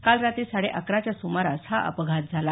काल रात्री साडे अकराच्या सुमारास हा अपघात झाला